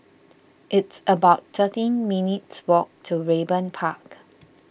it's about thirteen minutes' walk to Raeburn Park